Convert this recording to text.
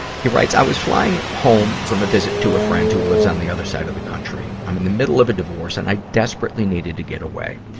he writes, i was flying home from a visit to a friend who lives on the other side of the country. i'm in the middle of a divorce, and i desperately needed to get away.